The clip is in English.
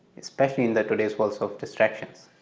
especially in the today's world so of distractions.